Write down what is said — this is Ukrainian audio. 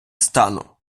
стану